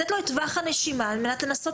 המטרה היא לתת לו טווח נשימה על מנת לנסות